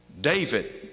David